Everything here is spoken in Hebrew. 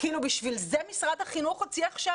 לשם כך משרד החינוך הוציא עכשיו,